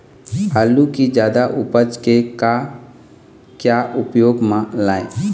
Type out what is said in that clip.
आलू कि जादा उपज के का क्या उपयोग म लाए?